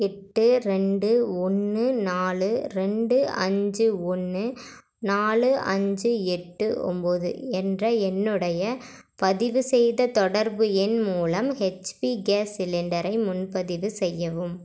எட்டு ரெண்டு ஒன்று நாலு ரெண்டு அஞ்சு ஒன்று நாலு அஞ்சு எட்டு ஒம்பது என்ற என்னுடைய பதிவு செய்த தொடர்பு எண் மூலம் ஹெச்பி கேஸ் சிலிண்டரை முன்பதிவு செய்யவும்